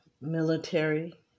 military